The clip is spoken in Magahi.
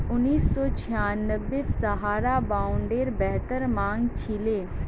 उन्नीस सौ छियांबेत सहारा बॉन्डेर बेहद मांग छिले